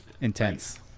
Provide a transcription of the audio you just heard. intense